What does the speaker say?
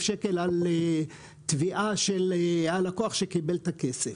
שקלים על תביעה נגד הלקוח שקיבל את הכסף.